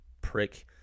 prick